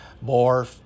more